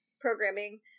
programming